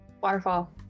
Waterfall